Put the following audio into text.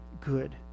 good